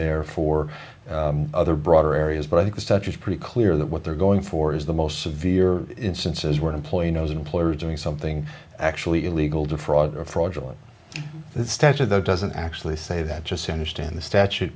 there for other broader areas but i think the study is pretty clear that what they're going for is the most severe instances where employee knows an employer doing something actually illegal to fraud fraudulent stature that doesn't actually say that just understand the statute